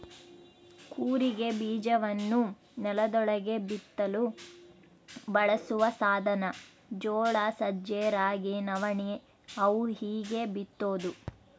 ಕೂರಿಗೆ ಬೀಜವನ್ನು ನೆಲದೊಳಗೆ ಬಿತ್ತಲು ಬಳಸುವ ಸಾಧನ ಜೋಳ ಸಜ್ಜೆ ರಾಗಿ ನವಣೆ ಅವು ಹೀಗೇ ಬಿತ್ತೋದು